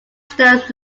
stones